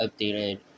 updated